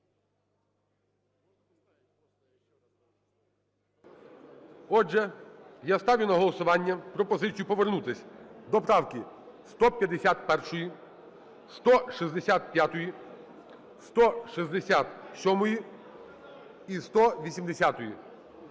Отже, я ставлю на голосування пропозицію повернутись до правки 151, 165-ї, 167-ї і 180-ї.